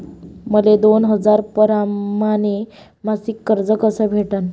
मले दोन हजार परमाने मासिक कर्ज कस भेटन?